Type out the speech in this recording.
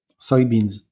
soybeans